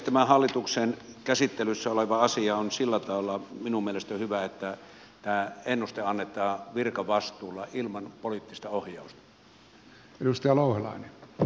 tämä hallituksen käsittelyssä oleva asia on sillä tavalla minun mielestäni hyvä että tämä ennuste annetaan virkavastuulla ilman poliittista ohjausta